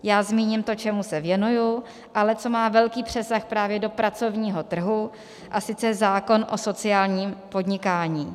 Já zmíním to, čemu se věnuji, ale co má velký přesah právě do pracovního trhu, a sice zákon o sociálním podnikání.